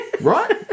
Right